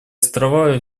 острова